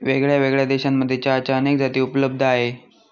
वेगळ्यावेगळ्या देशांमध्ये चहाच्या अनेक जाती उपलब्ध आहे